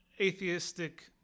atheistic